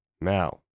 Now